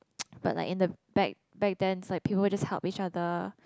but like in the back back then it's like people would just help each other